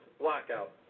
blackout